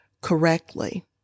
correctly